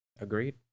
Agreed